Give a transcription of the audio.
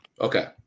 Okay